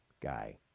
guy